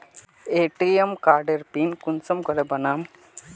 ATM कार्डेर pin कुंसम के बनाम?